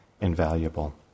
invaluable